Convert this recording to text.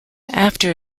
after